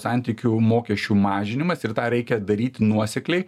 santykių mokesčių mažinimas ir tą reikia daryti nuosekliai